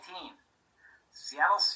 Seattle